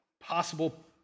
possible